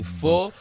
four